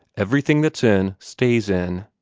everything that's in, stays in.